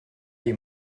you